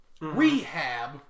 rehab